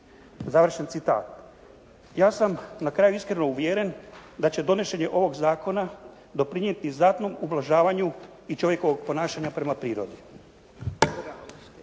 Završen citat. Ja sam na kraju iskreno uvjeren da će donošenje ovog zakona doprinijeti znatnom ublažavanju i čovjekovog ponašanja prema prirodi.